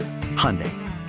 hyundai